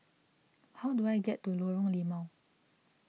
how do I get to Lorong Limau